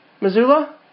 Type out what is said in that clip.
Missoula